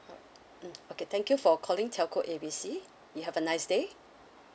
mm okay thank you for calling telco A B C you have a nice day